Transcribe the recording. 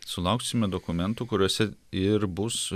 sulauksime dokumentų kuriuose ir bus